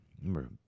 Remember